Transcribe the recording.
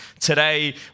today